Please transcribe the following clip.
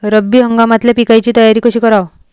रब्बी हंगामातल्या पिकाइची तयारी कशी कराव?